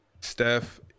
Steph